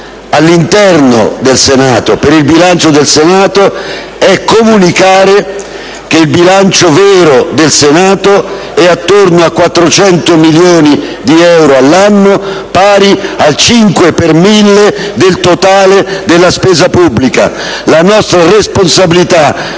e la responsabilità per il bilancio del Senato è comunicare che il bilancio vero del Senato è attorno a 400 milioni di euro all'anno, pari al 5 per mille del totale della spesa pubblica. La nostra responsabilità